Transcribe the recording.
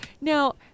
now